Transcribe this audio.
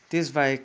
त्यसबाहेक